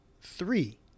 three